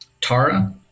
Tara